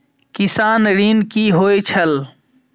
किसान ऋण की होय छल?